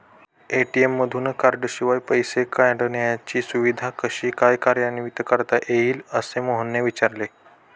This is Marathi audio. ए.टी.एम मधून कार्डशिवाय पैसे काढण्याची सुविधा कशी काय कार्यान्वित करता येईल, असे मोहनने विचारले